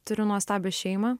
turiu nuostabią šeimą